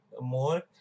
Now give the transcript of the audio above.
more